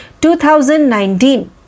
2019